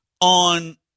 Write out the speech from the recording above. on